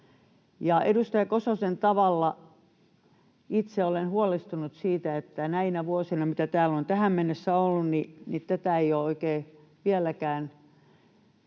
Edustaja Kososen tavoin olen huolestunut siitä, että näinä vuosina, mitä täällä olen tähän mennessä ollut, tätä ei oikein vieläkään